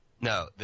No